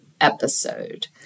episode